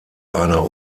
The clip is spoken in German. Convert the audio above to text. einer